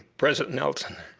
president nelson.